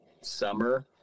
summer